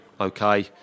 okay